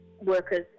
workers